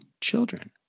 children